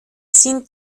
sind